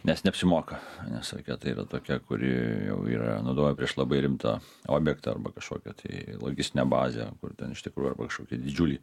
nes neapsimoka nes raketa yra tokia kuri jau yra naudojama prieš labai rimtą objektą arba kažkokią tai logistinę bazę kur ten iš tikrųjų arba kašokį didžiulį